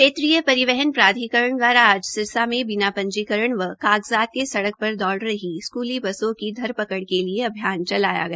क्षेत्रीय परिवहन प्राधिकरण दवारा आज सिरसा में बिना पंजीकरण व कागज़ात के सड़क पर दौड़ रही स्कूली बसों की धरपकड़ के लिए अभियान चलाया गया